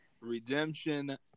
Redemption